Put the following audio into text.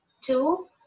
Two